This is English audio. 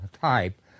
type